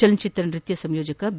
ಚಲನಚಿತ್ರ ನೃತ್ಯ ಸಂಯೋಜಕ ಬಿ